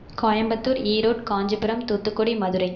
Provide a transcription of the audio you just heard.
Coimbatore Erode Kanchipuram Thoothukudi Madurai